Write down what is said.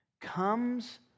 comes